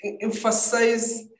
emphasize